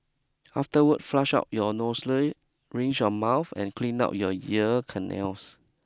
Afterward flush out your nostrils rinse your mouth and clean out your ear canals